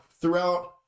throughout